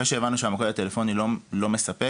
אחרי שהבנו שהמוקד הטלפוני לא מספק,